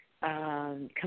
Come